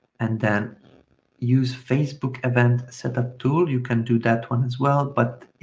and then use facebook event, set up tool. you can do that one as well, but